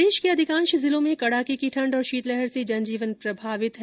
प्रदेश के अधिकांश जिलों में कड़ाके की ठंड और शीतलहर से जन जीवन प्रभावित हो रहा है